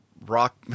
rock